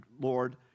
Lord